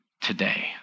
today